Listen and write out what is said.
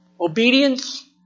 obedience